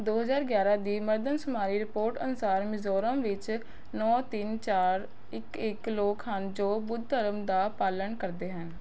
ਦੋ ਹਜ਼ਾਰ ਗਿਆਰਾਂ ਦੀ ਮਰਦਮਸ਼ੁਮਾਰੀ ਰਿਪੋਰਟ ਅਨੁਸਾਰ ਮਿਜ਼ੋਰਮ ਵਿੱਚ ਨੌ ਤਿੰਨ ਚਾਰ ਇੱਕ ਇੱਕ ਲੋਕ ਹਨ ਜੋ ਬੁੱਧ ਧਰਮ ਦਾ ਪਾਲਣ ਕਰਦੇ ਹਨ